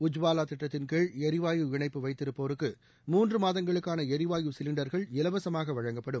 உஜ்வாவா திட்டத்தின் கீழ் ளிவாயு இணைப்பு வைத்திருப்போருக்கு மூன்று மாதங்களுக்கான ளிவாயு சிலிண்டர்கள் இலவசமாக வழங்கப்படும்